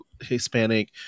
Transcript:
Hispanic